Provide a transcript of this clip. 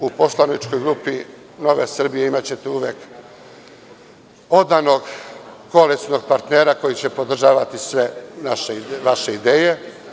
U poslaničkoj grupi Nove Srbije imaćete uvek odanog koalicionog partnera koji će podržavati sve vaše ideje.